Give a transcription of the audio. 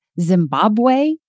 Zimbabwe